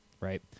right